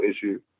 issue